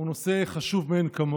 הוא נושא חשוב מאין כמוהו,